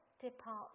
depart